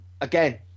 again